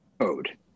code